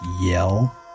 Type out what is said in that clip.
yell